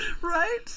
Right